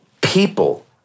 People